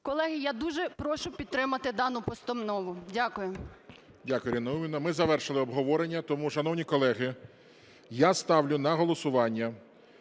Колеги, я дуже прошу підтримати дану постанову. Дякую. ГОЛОВУЮЧИЙ. Дякую, Ірина Наумівна. Ми завершили обговорення. Тому, шановні колеги, я ставлю на голосування